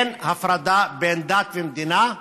אין הפרדה בין דת למדינה.